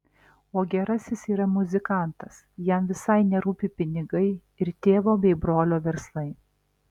o gerasis yra muzikantas jam visai nerūpi pinigai ir tėvo bei brolio verslai